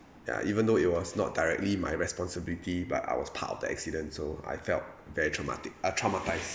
ya even though it was not directly my responsibility but I was part of the accident so I felt very traumatic uh traumatised